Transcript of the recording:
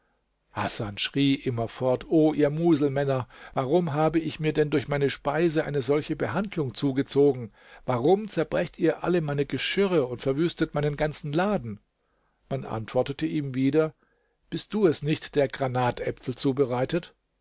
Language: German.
hasan schrie immerfort o ihr muselmänner warum habe ich mir denn durch meine speise eine solche behandlung zugezogen warum zerbrecht ihr alle meine geschirre und verwüstet meinen ganzen laden man antwortete ihm wieder bist du es nicht der granatäpfel zubereitet